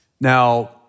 now